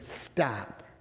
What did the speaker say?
stop